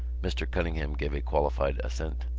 mr. cunningham gave a qualified assent.